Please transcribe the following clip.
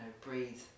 breathe